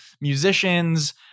musicians